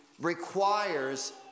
requires